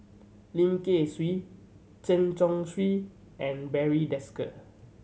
Lim Kay Siu Chen Chong Swee and Barry Desker